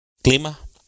Clima